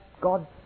God